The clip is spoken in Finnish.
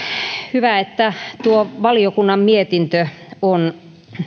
hyvä että tuo valiokunnan mietintö on